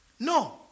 No